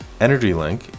EnergyLink